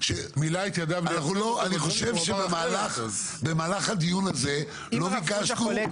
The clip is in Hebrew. אני חושב שבמהלך הדיון הזה לא ביקשנו,